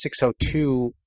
602